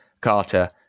Carter